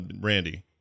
Randy